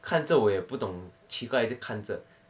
看着我也不懂奇怪的一直看着